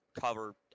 cover